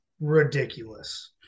ridiculous